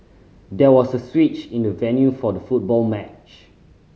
there was a switch in the venue for the football match